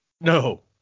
No